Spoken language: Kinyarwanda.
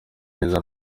neza